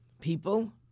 people